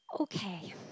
Okay